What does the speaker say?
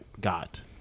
got